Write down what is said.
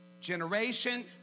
Generation